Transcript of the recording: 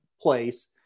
place